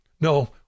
No